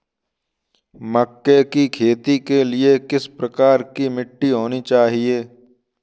मक्के की खेती के लिए किस प्रकार की मिट्टी होनी चाहिए?